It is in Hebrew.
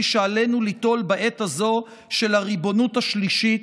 שעלינו ליטול בעת הזו של הריבונות השלישית,